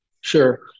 Sure